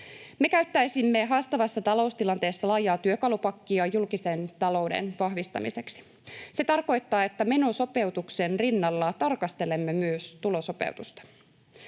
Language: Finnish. Me käyttäisimme haastavassa taloustilanteessa laajaa työkalupakkia julkisen talouden vahvistamiseksi. Se tarkoittaa, että menosopeutuksen rinnalla tarkastelemme myös tulosopeutusta.